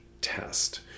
test